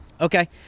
Okay